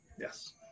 Yes